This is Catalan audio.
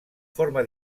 forma